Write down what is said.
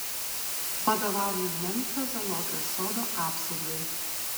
vadovauju memfio zoologijos sodo apsaugai